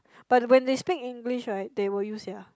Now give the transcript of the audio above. but when they speak English right they will use sia